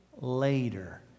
later